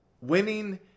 winning